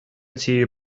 цієї